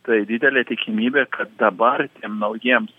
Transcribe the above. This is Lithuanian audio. tai didelė tikimybė kad dabar tiem naujiems